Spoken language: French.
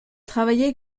travaillé